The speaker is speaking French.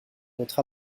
votre